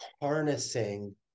harnessing